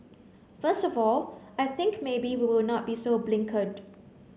first of all I think maybe we will not be so blinkered